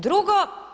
Drugo.